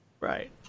Right